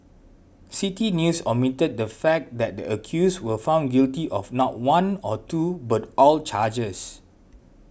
City News omitted the fact that the accused were found guilty on not one or two but all charges